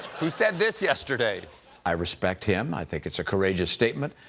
who said this yesterday i respect him. i think it's a courageous statement.